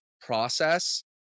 process